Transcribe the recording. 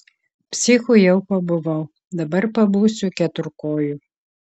psichu jau pabuvau dabar pabūsiu keturkoju